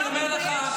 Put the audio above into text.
אני אומר לך,